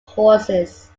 horses